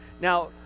Now